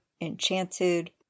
Enchanted